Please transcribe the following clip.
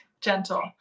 gentle